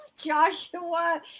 Joshua